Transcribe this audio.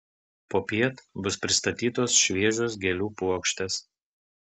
popiet bus pristatytos šviežios gėlių puokštės